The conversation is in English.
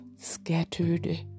Scattered